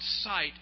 sight